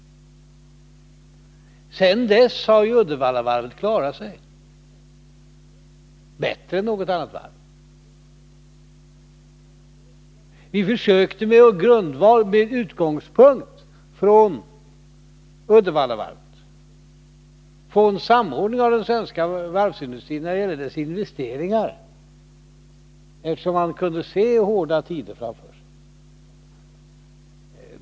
Sedan dess har Uddevallavarvet klarat sig — bättre än något annat varv. Vi försökte med utgångspunkt i Uddevallavarvet få en samordning av den svenska varvsindustrin när det gäller dess investeringar, eftersom man kunde se hårda tider framför sig.